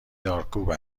دارکوب